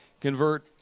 convert